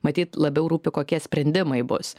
matyt labiau rūpi kokie sprendimai bus